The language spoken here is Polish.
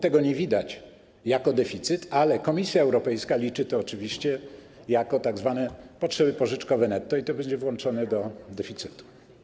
Tego nie widać jako deficyt, ale Komisja Europejska liczy to oczywiście jako tzw. potrzeby pożyczkowe netto i to będzie włączone do deficytu.